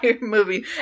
movie